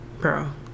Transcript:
Girl